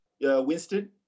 Winston